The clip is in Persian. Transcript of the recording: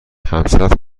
همسرت